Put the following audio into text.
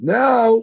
now